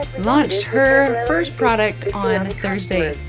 launched her first product on thursday,